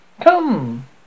Come